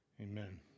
Amen